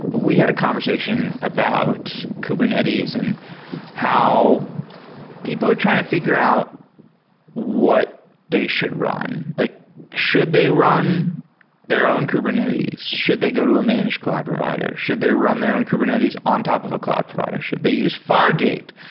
we had a conversation about kubernetes and how people are trying to figure out what they should run. like should they run their own kubernetes? should they go to a managed cloud provider? should they run their own kubernetes on top of a cloud provider? should be used fargate?